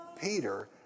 Peter